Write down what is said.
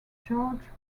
george